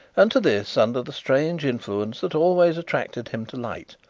and to this, under the strange influence that always attracted him to light,